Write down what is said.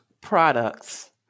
products